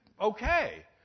okay